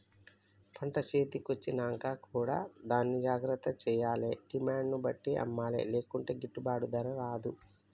పంట చేతి కొచ్చినంక కూడా దాన్ని జాగ్రత్త చేయాలే డిమాండ్ ను బట్టి అమ్మలే లేకుంటే గిట్టుబాటు ధర రాదు